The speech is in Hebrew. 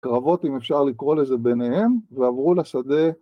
‫קרבות, אם אפשר לקרוא לזה, ‫ביניהם, ועברו לשדה...